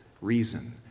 reason